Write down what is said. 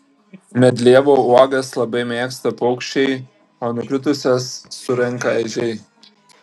medlievų uogas labai mėgsta paukščiai o nukritusias surenka ežiai